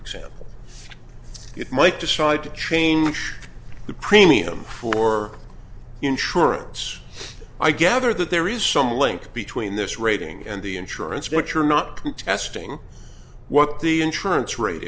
example it might decide to change the premium for insurance i gather that there is some link between this rating and the insurance which are not contesting what the insurance rate